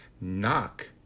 Knock